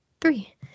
three